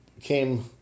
came